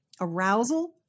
arousal